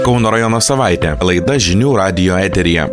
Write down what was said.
kauno rajono savaitė laida žinių radijo eteryje